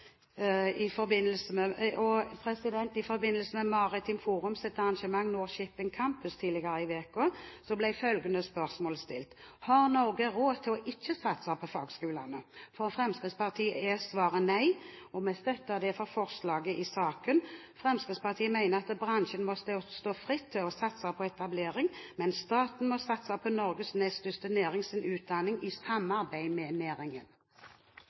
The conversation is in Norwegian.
I forbindelse med Maritimt Forums arrangement Nor-Shipping Campus tidligere i uken ble følgende spørsmål stilt: Har Norge råd til ikke å satse på fagskolene? For Fremskrittspartiet er svaret nei. Vi støtter derfor forslaget i saken. Fremskrittspartiet mener at bransjen må stå fritt til å satse på etablering, men staten må satse på utdanningen innen Norges nest største næring i samarbeid med næringen